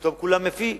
פתאום כולם קמים: